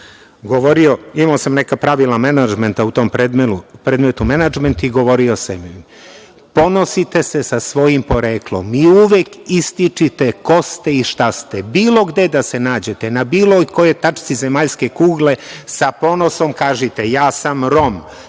imao sam neka pravila menadžmenta, u tom predmetu menadžment, i govorio sam im - ponosite se sa svojim poreklom, i uvek ističite ko ste i šta ste, bilo gde da se nađete, na bilo kojoj tački zemaljske kugle, sa ponosom kažite - ja sam Rom,